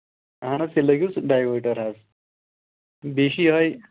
اَہن حظ تیٚلہِ لٲگۍوُس ڈایوٲٹَر حظ بیٚیہِ چھِ یِہوٚے